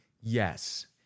yes